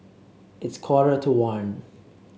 its quarter to one